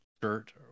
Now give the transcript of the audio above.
shirt